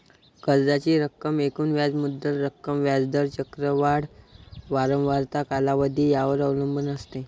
कर्जाची रक्कम एकूण व्याज मुद्दल रक्कम, व्याज दर, चक्रवाढ वारंवारता, कालावधी यावर अवलंबून असते